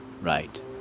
right